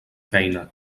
feina